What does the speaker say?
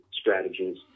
strategies